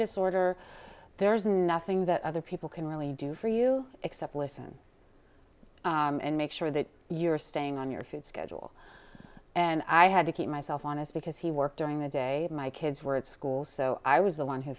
disorder there's nothing that other people can really do for you except listen and make sure that you are staying on your feet schedule and i had to keep myself honest because he worked during the day my kids were at school so i was the one who